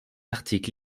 articles